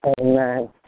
Amen